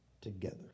together